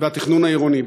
והתכנון העירוני.